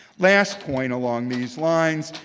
last point along these lines,